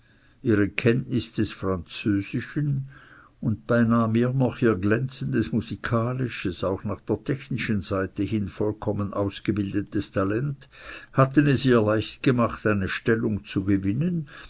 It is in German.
ihre kenntnis des französischen und beinahe mehr noch ihr glänzendes musikalisches auch nach der technischen seite hin vollkommen ausgebildetes talent hatten es ihr leicht gemacht eine stellung zu gewinnen